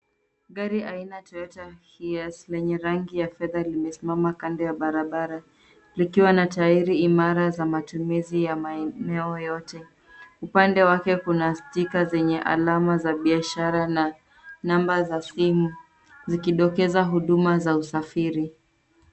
Gari aina ya Toyota Hiace lenye rangi ya fedha, limesimama kando ya barabara; likiwa na tairi imara za matumizi ya maeneo yote. Upande wake kuna stika zenye alama za biashara na namba za simu, zikidokeza huduma za usafiri.